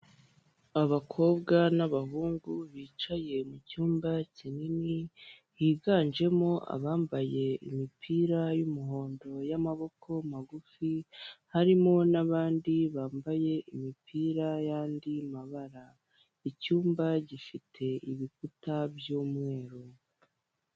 Abakobwa n'abahungu bicaye mucyumba kinini higanjemo abambaye imipira y'umuhondo y'amaboko magufi harimo n'abandi bambaye imipira y'andi mabara ,icyumba gifite ibikuta by'umweru.